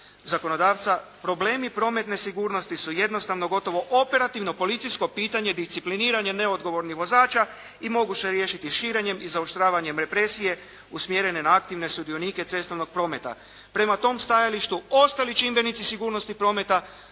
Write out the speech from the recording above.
zakonodavca problemi prometne sigurnosti su jednostavno gotovo operativno policijsko pitanje discipliniranja neodgovornih vozača i moguće je riješiti širenjem i zaoštravanjem represije usmjerene na aktivne sudionike cestovnog prometa. Prema tom stajalištu ostali čimbenici sigurnosti prometa